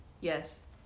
Yes